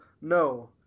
no